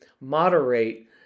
moderate